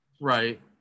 Right